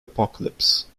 apocalypse